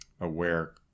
aware